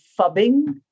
fubbing